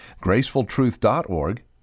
gracefultruth.org